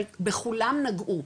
אבל בכולן נגעו,